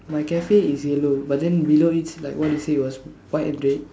my cafe is yellow but then below it's like what it say it was white and red